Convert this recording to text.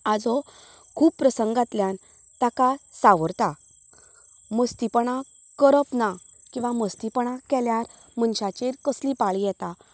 आजो खूब प्रसंगातल्यान ताका सांवरता मस्तीपणां करप ना किंवां मस्तीपणा केल्यार मनशाचेर कसली पाळी येता